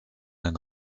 den